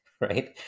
right